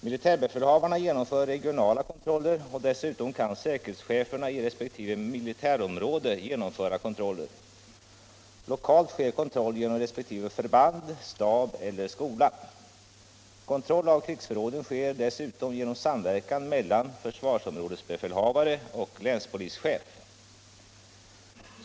Militärbefälhavarna genomför regionala kontroller, och dessutom kan säkerhetscheferna i resp. militärområde genomföra kontroller. Lokalt sker kontroll genom resp. förband, stab eller skola. Kontroll av krigsförråden sker dessutom genom samverkan mellan försvarsområdesbefälhavare och länspolischef.